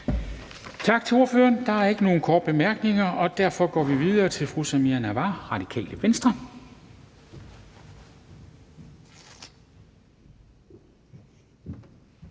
Tak til ordføreren. Der er ikke nogen korte bemærkninger, og derfor går vi videre til fru Samira Nawa, Det Radikale Venstre.